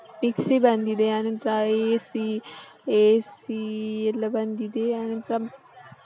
mixie ಬಂದಿದೆ ಆನಂತರ A C A C ಎಲ್ಲ ಬಂದಿದೆ ಆನಂತರ